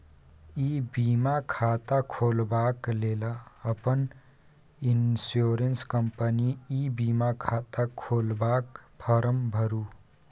इ बीमा खाता खोलबाक लेल अपन इन्स्योरेन्स कंपनीक ई बीमा खाता खोलबाक फार्म भरु